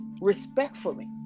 respectfully